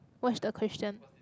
what's the question